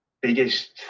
biggest